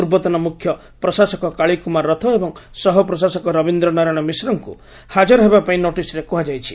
ପୂର୍ବତନ ମୁଖ୍ୟ ପ୍ରଶାସକ କାଳୀ କୁମାର ରଥ ଏବଂ ସହ ପ୍ରଶାସକ ରବୀନ୍ଦ୍ର ନାରାୟଣ ମିଶ୍ରଙ୍କୁ ହାଜର ହେବା ପାଇଁ ନୋଟିସରେ କୁହାଯାଇଛି